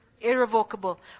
irrevocable